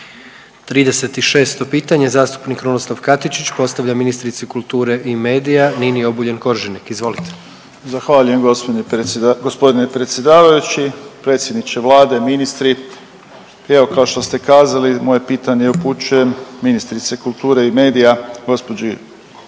36 pitanje zastupnik Krunoslav Katičić postavlja ministrici kulture i mediji Nini Obuljen Koržinek. Izvolite. **Katičić, Krunoslav (HDZ)** Zahvaljujem gospodine predsjedavajući. Predsjedniče Vlade, ministri, evo kao što ste kazali moje pitanje upućujem ministrici kulture i medija gospođi